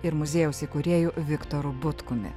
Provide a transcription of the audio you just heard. ir muziejaus įkūrėju viktoru butkumi